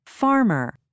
Farmer